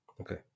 Okay